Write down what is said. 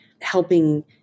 helping